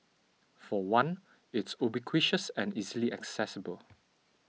for one it's ubiquitous and easily accessible